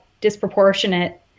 disproportionate